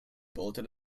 bolted